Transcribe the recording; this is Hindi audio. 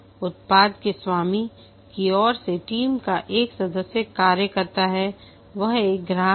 उत्पाद के स्वामी की ओर से टीम का एक सदस्य कार्य करता है वह एक ग्राहक है